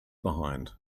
behind